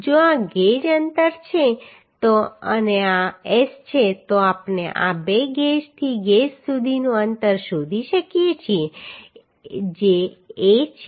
જો આ ગેજ છે અને આ S છે તો આપણે આ બે ગેજથી ગેજ સુધીનું અંતર શોધી શકીએ છીએ જે a છે